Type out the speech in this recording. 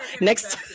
next